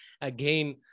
Again